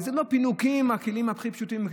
זה לא פינוקים, הכלים הכי פשוטים.